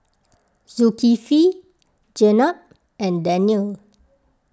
Zulkifli Jenab and Danial